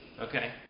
okay